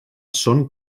són